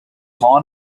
was